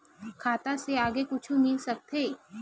खाता से आगे कुछु मिल सकथे?